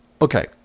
Okay